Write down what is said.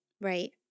Right